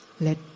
Let